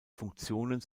funktionen